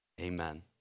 amen